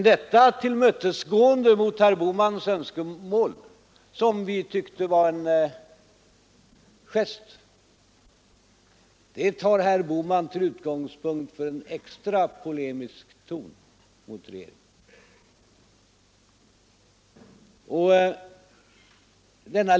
Detta tillmötesgående av herr Bohmans önskemål, som vi tyckte var en gest, tar herr Bohman till utgångspunkt för en extra polemisk ton mot regeringen.